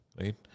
right